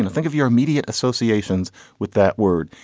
and think of your immediate associations with that word.